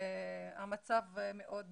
המצב מאוד קשה,